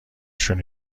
شون